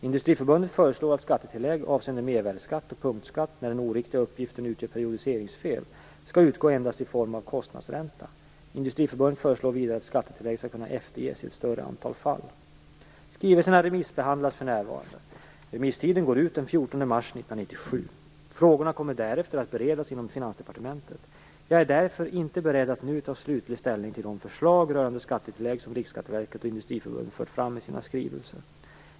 Industriförbundet föreslår att skattetillägg avseende mervärdesskatt och punktskatt, när den oriktiga uppgiften utgör periodiseringsfel, skall utgå endast i form av kostnadsränta. Industriförbundet föreslår vidare att skattetillägg skall kunna efterges i ett större antal fall. Skrivelserna remissbehandlas för närvarande. Remisstiden går ut den 14 mars 1997. Frågorna kommer därefter att beredas inom Finansdepartementet. Jag är därför inte beredd att nu ta slutlig ställning till de förslag rörande skattetillägg som Riksskatteverket och Industriförbundet för fram i sina skrivelser.